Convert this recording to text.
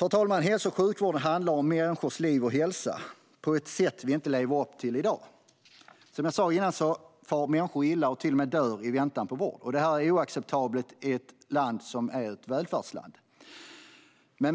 Herr talman! Hälso och sjukvården handlar om människors liv och hälsa på ett sätt vi inte lever upp till i dag. Som jag sa tidigare är det så att människor far illa eller till och med dör i väntan på vård. Det här är oacceptabelt i ett välfärdsland.